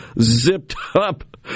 zipped-up